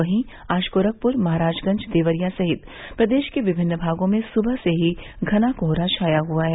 वहीं आज गोरखपुर महराजगंज देवरिया सहित के प्रदेश के विभिन्न भागों में सुबह से ही घना कोहरा छाया हुआ है